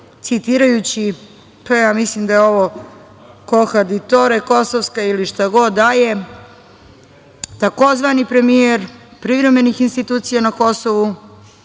citirajući, ja mislim da je ovo „Kohaditore“, kosovska ili šta god da je, takozvani premijer privremenih institucija na Kosovu